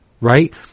right